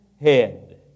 head